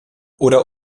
oder